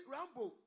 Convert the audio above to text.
Rambo